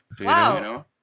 wow